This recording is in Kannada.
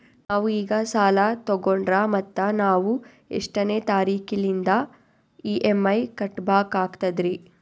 ನಾವು ಈಗ ಸಾಲ ತೊಗೊಂಡ್ರ ಮತ್ತ ನಾವು ಎಷ್ಟನೆ ತಾರೀಖಿಲಿಂದ ಇ.ಎಂ.ಐ ಕಟ್ಬಕಾಗ್ತದ್ರೀ?